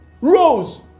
rose